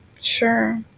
Sure